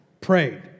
prayed